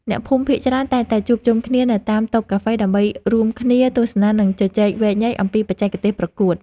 អ្នកភូមិភាគច្រើនតែងតែជួបជុំគ្នានៅតាមតូបកាហ្វេដើម្បីរួមគ្នាទស្សនា និងជជែកវែកញែកអំពីបច្ចេកទេសប្រកួត។